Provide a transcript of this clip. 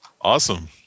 Awesome